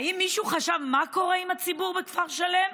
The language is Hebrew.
האם מישהו חשב מה קורה עם הציבור בכפר שלם?